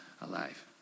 alive